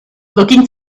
looking